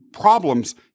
problems